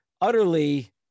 utterly